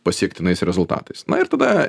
pasiektinais rezultatais ir tada